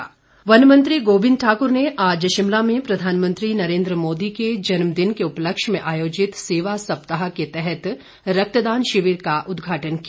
गोविंद ठाकुर वर्न मंत्री गोविंद ठाकुर ने आज शिमला में प्रधानमंत्री नरेन्द्र मोदी के जन्मदिन के उपलक्ष्य में आयोजित सेवा सप्ताह के तहत रक्तदान शिविर का उद्घाटन किया